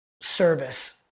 service